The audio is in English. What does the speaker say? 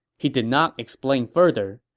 he did not explain further,